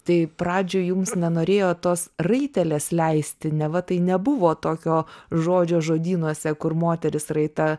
tai pradžioj jums nenorėjo tos raitelės leisti neva tai nebuvo tokio žodžio žodynuose kur moteris raita